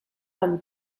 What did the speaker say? amb